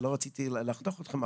אני לא רציתי לחתוך אתכם,